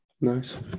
nice